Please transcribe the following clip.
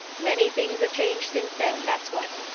many things have changed since then, that's what.